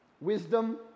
Wisdom